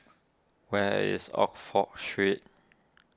where is Oxford Street